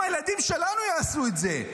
גם הילדים שלנו יעשו את זה.